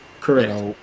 Correct